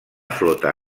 flota